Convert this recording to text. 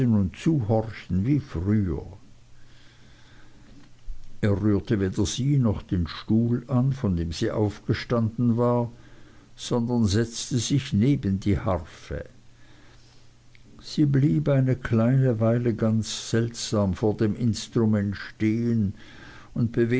und zuhorchen wie früher er rührte weder sie noch den stuhl an von dem sie aufgestanden war sondern setzte sich neben die harfe sie blieb eine kleine weile ganz seltsam vor dem instrument stehen